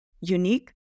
unique